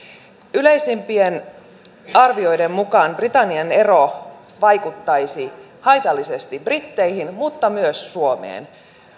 yleisimpien arvioiden mukaan britannian ero vaikuttaisi haitallisesti britteihin mutta myös suomeen